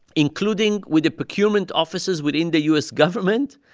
including with the procurement officers within the u s. government,